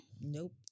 Nope